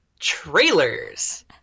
trailers